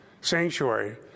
sanctuary